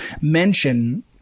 mention